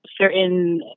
certain